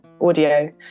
audio